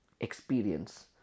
experience